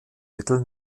mittel